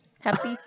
Happy